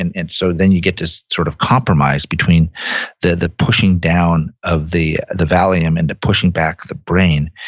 and and so then you get this sort of compromise between the the pushing down of the the valium and the pushing back the brain,